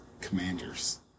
Commanders